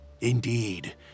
Indeed